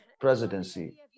presidency